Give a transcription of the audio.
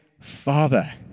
Father